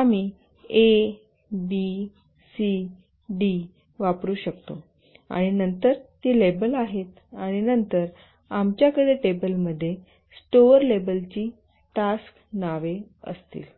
आम्ही A B C D वापरू शकतो आणि नंतर ती लेबले आहेत आणि नंतर आमच्याकडे टेबल मध्ये स्टोर लेबल्सची टास्क नावे असतील